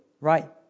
right